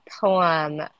poem